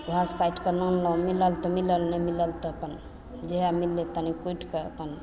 घास काटिके मिलल तऽ मिलल नहि मिलल तऽ अपन जेएह मिललय तनिक अपन कुटिके अपन